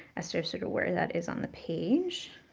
as to sort of where that is on the page.